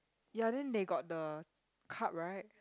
ya then they got the card right